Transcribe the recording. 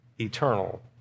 eternal